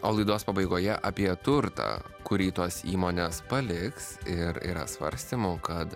o laidos pabaigoje apie turtą kurį tos įmonės paliks ir yra svarstymų kad